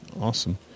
awesome